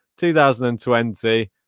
2020